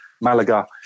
Malaga